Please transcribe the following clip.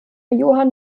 johann